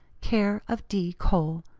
care of d. cole.